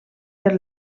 per